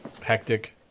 hectic